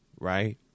Right